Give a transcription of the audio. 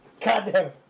Goddamn